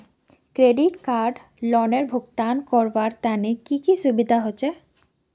Credit card लोनेर भुगतान करवार तने की की सुविधा होचे??